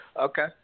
Okay